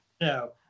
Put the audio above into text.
no